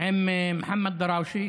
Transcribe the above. עם מוחמד דראושה.